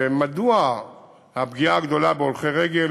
מדוע הפגיעה הגדולה בהולכי רגל?